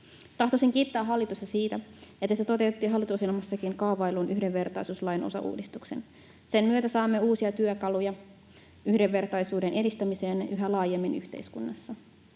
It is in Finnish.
Tahtoisin kiittää hallitusta siitä, että se toteutti hallitusohjelmassakin kaavaillun yhdenvertaisuuslain osauudistuksen. Sen myötä saamme uusia työkaluja yhdenvertaisuuden edistämiseen yhä laajemmin yhteiskunnassa.